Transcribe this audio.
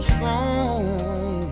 Strong